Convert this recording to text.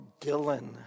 Dylan